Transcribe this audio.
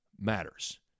matters